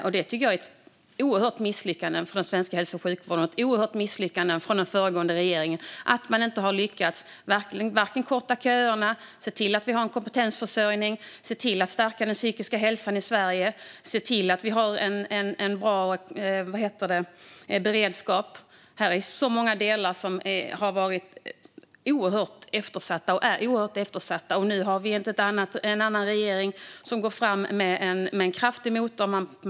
Jag tycker att det är ett oerhört misslyckande för den svenska hälso och sjukvården att den föregående regeringen inte har lyckats vare sig korta köerna, se till att vi har en kompetensförsörjning, se till att stärka den psykiska hälsan i Sverige eller se till att vi har en bra beredskap. Många delar har varit och är oerhört eftersatta. Nu har vi en annan regering som går fram med en kraftig motor.